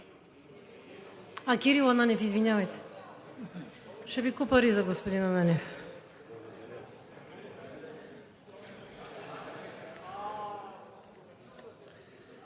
Кирил Ананиев, извинявайте. Ще Ви купя риза, господин Ананиев.